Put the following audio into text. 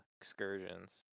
excursions